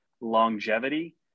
longevity